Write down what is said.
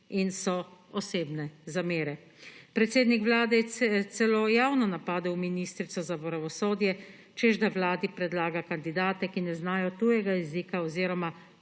in so osebne zamere. Predsednik Vlade je celo javno napadel ministrico za pravosodje, češ da Vladi predlaga kandidate, ki ne znajo tujega jezika oziroma